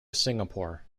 singapore